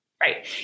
Right